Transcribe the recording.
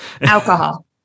Alcohol